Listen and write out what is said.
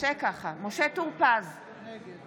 נגד